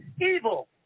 evil